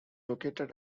located